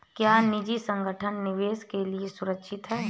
क्या निजी संगठन निवेश के लिए सुरक्षित हैं?